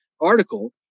article